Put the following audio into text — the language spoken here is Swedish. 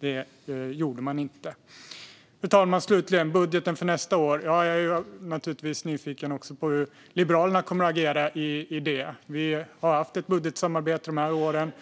Det gjorde man inte. Fru talman! När det gäller budgeten för nästa år är jag naturligtvis nyfiken på hur Liberalerna kommer att agera. Vi har haft ett budgetsamarbete de här åren,